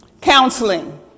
Counseling